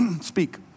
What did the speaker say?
Speak